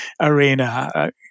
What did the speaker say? arena